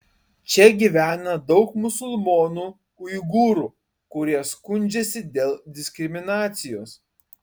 čia gyvena daug musulmonų uigūrų kurie skundžiasi dėl diskriminacijos